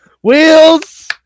wheels